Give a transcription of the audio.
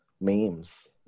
memes